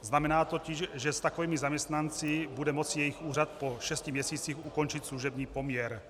Znamená totiž, že s takovými zaměstnanci bude moci jejich úřad po šesti měsících ukončit služební poměr.